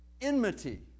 Enmity